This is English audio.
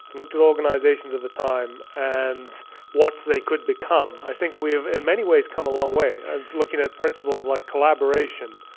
and look to organisations of the time, and what they could become, i think we've in many ways, come a long way. looking at principles like collaboration,